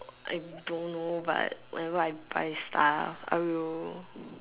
I don't know but whenever I buy stuff I will